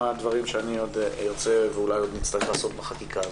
דברים שאני ארצה ואולי נצטרך לעשות בחקיקה הזאת.